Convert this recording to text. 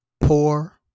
poor